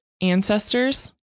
ancestors